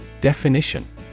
Definition